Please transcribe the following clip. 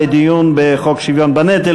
לדיון בהצעות החוק בעניין השוויון בנטל